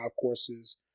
courses